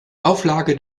auflage